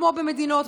כמו במדינות,